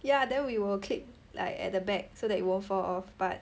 ya then we will clip like at the back so that it won't fall off but